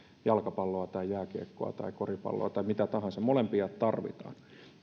jalkapalloa tai jääkiekkoa tai koripalloa tai mitä tahansa molempia tarvitaan